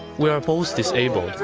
we are both disabled.